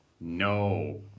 No